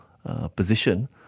Position